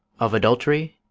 of adultery?